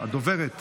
את